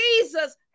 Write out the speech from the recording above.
Jesus